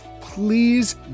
Please